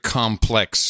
complex